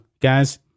guys